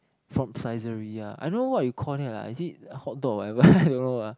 from Saizeriya I don't know what you call them lah is it hot dog or whatever I don't know lah